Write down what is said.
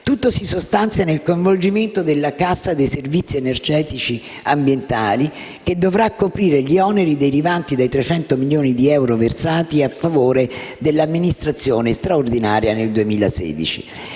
Tutto si sostanzia nel coinvolgimento della Cassa dei servizi energetici ambientali, che dovrà coprire gli oneri derivanti dai 300 milioni di euro versati a favore dell'amministrazione straordinaria nel 2016.